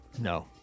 No